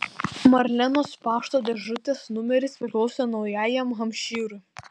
marlenos pašto dėžutės numeris priklausė naujajam hampšyrui